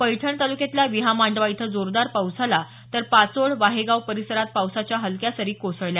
पैठण तालुक्यातल्या विहामांडवा इथं जोरदार पाऊस झाला तर पाचोड वाहेगाव परिसरात पावसाच्या हलक्या सरी कोसळल्या